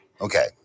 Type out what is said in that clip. okay